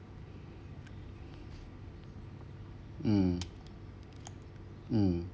mm mm